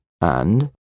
And